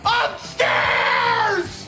upstairs